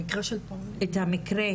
את המקרה,